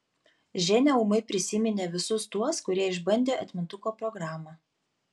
ženia ūmai prisiminė visus tuos kurie išbandė atmintuko programą